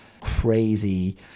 crazy